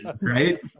right